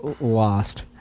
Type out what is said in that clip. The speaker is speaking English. lost